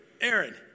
Aaron